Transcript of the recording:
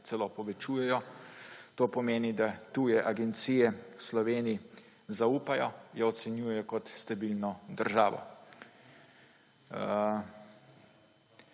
celo povečujejo. To pomeni, da tuje agencije Sloveniji zaupajo, jo ocenjujejo kot stabilno državo.